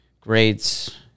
Grades